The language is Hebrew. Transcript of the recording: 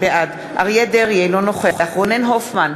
בעד אריה דרעי, אינו נוכח רונן הופמן,